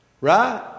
Right